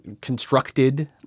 constructed